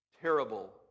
Terrible